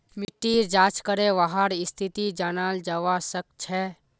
मिट्टीर जाँच करे वहार स्थिति जनाल जवा सक छे